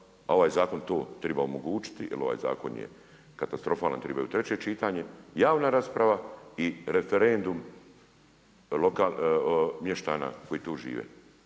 a ovaj zakon to treba omogućiti jer ovaj zakon katastrofalan, treba ići u treće čitanje, javna rasprava i referendum mještana koji tu žive.